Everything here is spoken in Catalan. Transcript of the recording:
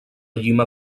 llima